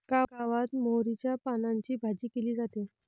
गावात मोहरीच्या पानांची भाजी केली जाते